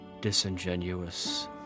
disingenuous